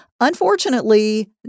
Unfortunately